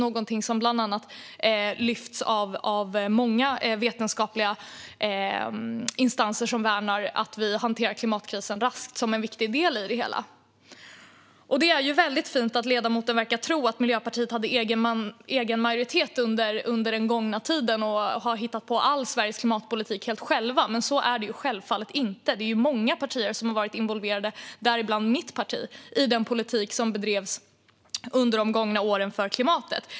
Detta är något som lyfts som en viktig del i det hela av många vetenskapliga instanser som värnar en rask hantering av klimatkrisen. Det är väldigt fint att ledamoten verkar tro att Miljöpartiet har haft egen majoritet under den gångna tiden och har hittat på all Sveriges klimatpolitik helt självt. Men så är det självfallet inte. Det är många partier som har varit involverade, däribland mitt parti, i den politik som har bedrivits för klimatet under de gångna åren.